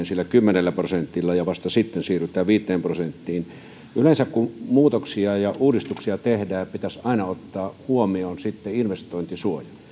sillä kymmenellä prosentilla ja vasta sitten siirrytään viiteen prosenttiin yleensä kun muutoksia ja uudistuksia tehdään pitäisi aina ottaa huomioon investointisuoja